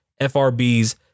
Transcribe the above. FRBs